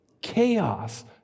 Chaos